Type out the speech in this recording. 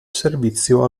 servizio